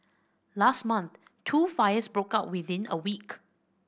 last month two fires broke out within a week